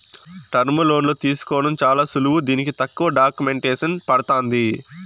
టర్ములోన్లు తీసుకోవడం చాలా సులువు దీనికి తక్కువ డాక్యుమెంటేసన్ పడతాంది